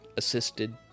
assisted